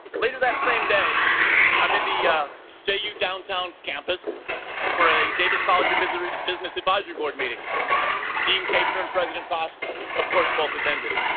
later that same day i'm in the ju downtown campus for a davis college of business business advisory board meeting dean capener and president costs of course both attended